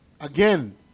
again